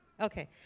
Okay